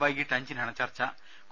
വൈകിട്ട് അഞ്ചിനാണ് ചർച്ചു